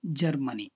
Germany